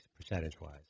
percentage-wise